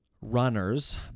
runners